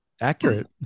accurate